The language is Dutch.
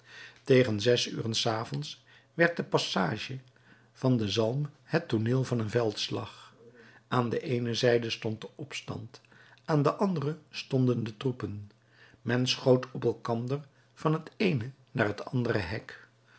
tegen zes uren s avonds werd de passage van den zalm het tooneel van den veldslag aan de eene zijde stond de opstand aan de andere stonden de troepen men schoot op elkander van het eene naar het andere hek